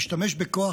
להשתמש בכוח,